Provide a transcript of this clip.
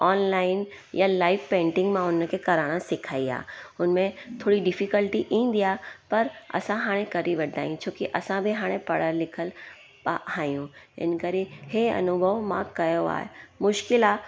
online या live painting मां उनखे कराइणु सेखारी आहे उनमें थोरी डिफिकल्टी ईंदी आहे पर असां हाणे करे वठंदा आहियूं छोकी असां बि हाणे पढ़ियल लिखियल प आहियूं इनकरे इहे अनुभव मां कयो आहे मुश्किल आहे